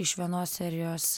iš vienos serijos